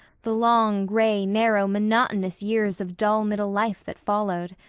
the long, gray, narrow, monotonous years of dull middle life that followed.